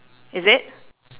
is it